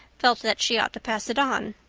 felt that she ought to pass it on.